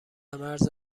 مرز